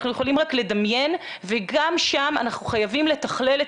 אנחנו יכולים רק לדמיין וגם שם אנחנו חייבים לתכלל את